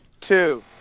two